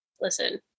listen